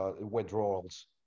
withdrawals